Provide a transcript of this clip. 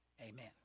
Amen